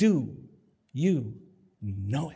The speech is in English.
do you know